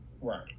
Right